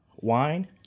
wine